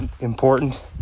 important